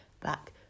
back